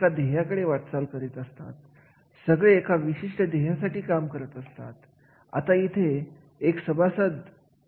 जेव्हा आपण शैक्षणिक क्षेत्राविषयी बोलत असतो तेव्हा शिक्षकांची कार्य इथे खूप जास्त महत्त्वाची समजली जातात